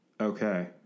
Okay